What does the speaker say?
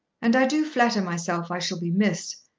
and i do flatter myself i shall be missed.